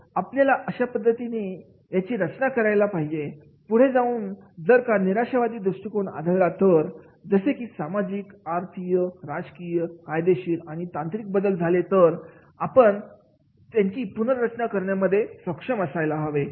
आपल्याला अशा पद्धतीने याची रचना करायला पाहिजे की पुढे जाऊन जर का निराशाजनक दृष्टिकोन आढळल्या जसे की सामाजिक राजकीय आर्थिक कायदेशीर आणि तांत्रिक बदल झाले तर आपण ही तुमची पुनर्रचना करण्यामध्ये सक्षम असायला हवे